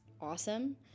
awesome